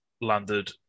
landed